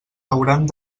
hauran